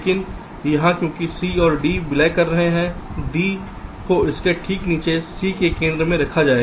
लेकिन यहाँ क्योंकि c और d विलय कर रहे हैं d को इसके ठीक नीचे c के केंद्र में रखा जाएगा